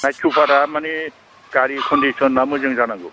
night सुपारा माने गारि कन्दिस'ना मोजां जानांगौ